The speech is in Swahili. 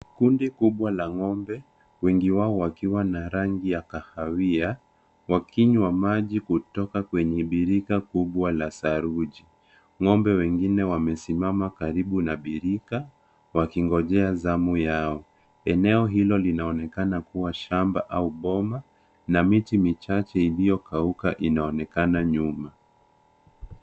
Kundi kubwa la ng'ombe wengi wao wakiwa na rangi ya kahawia wakinywa maji kutoka kwenye birika kubwa la saruji. Ng'ombe wengine wamesimama karibu na birika wakingojea zamu yao. Eneo hilo linaonekana kuwa shamba au boma na miti michache iliyokauka inaonekana nyuma.